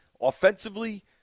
offensively